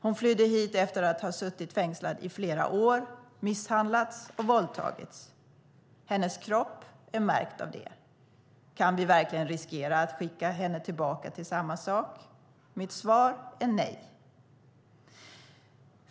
Hon flydde hit efter att ha suttit fängslad i flera år, misshandlats och våldtagits. Hennes kropp är märkt av det. Kan vi verkligen riskera att skicka henne tillbaka till samma sak? Mitt svar är nej.